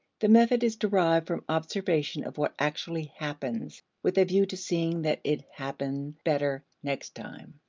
the method is derived from observation of what actually happens, with a view to seeing that it happen better next time.